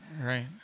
right